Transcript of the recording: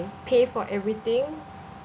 pay for everything